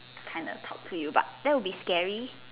kinda talk to you but that would be scary